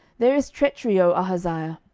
there is treachery, o ahaziah.